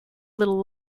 little